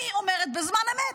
אני אומרת בזמן אמת,